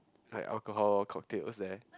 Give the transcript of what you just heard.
like alcohol cocktails there